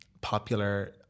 popular